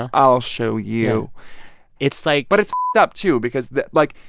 ah i'll show you it's like. but it's up too because, like,